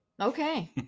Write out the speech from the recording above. Okay